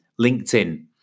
LinkedIn